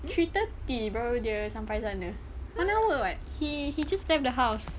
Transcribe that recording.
three thirty baru dia sampai sana one hour [what] he he just left the house